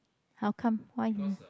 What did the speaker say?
how come why